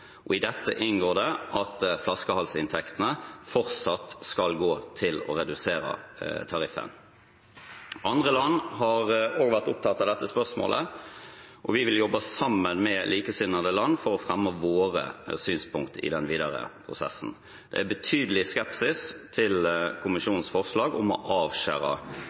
I dette inngår det at flaskehalsinntektene fortsatt skal gå til å redusere tariffen. Andre land har også vært opptatt av dette spørsmålet, og vi vil jobbe sammen med likesinnede land for å fremme våre synspunkter i den videre prosessen. Det er betydelig skepsis til kommisjonens forslag om å avskjære